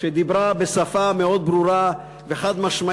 שדיברה בשפה מאוד ברורה וחד-משמעית,